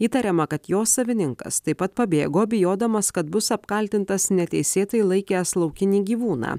įtariama kad jo savininkas taip pat pabėgo bijodamas kad bus apkaltintas neteisėtai laikęs laukinį gyvūną